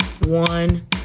one